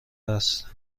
است